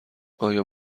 آیا